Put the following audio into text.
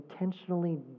intentionally